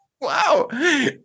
Wow